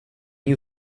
you